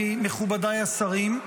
מכובדיי השרים,